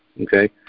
okay